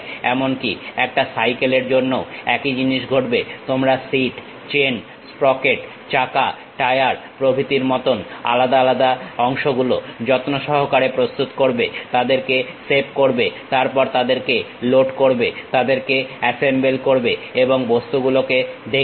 এমনকি একটা সাইকেল এর জন্যও একই জিনিস ঘটবে তোমরা সিট চেন স্প্রকেট চাকা টায়ার প্রভৃতির মত আলাদা আলাদা অংশগুলোকে যত্নসহকারে প্রস্তুত করবে তাদেরকে সেভ করবে তারপর তাদেরকে লোড করবে তাদেরকে অ্যাসেম্বল করবে এবং বস্তুগুলোকে দেখবে